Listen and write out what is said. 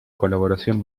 colaboración